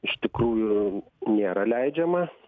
iš tikrųjų nėra leidžiamas